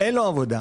אין לו עבודה,